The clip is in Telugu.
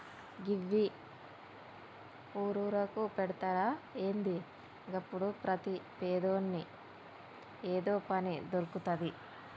గివ్వి ఊరూరుకు పెడ్తరా ఏంది? గప్పుడు ప్రతి పేదోని ఏదో పని దొర్కుతది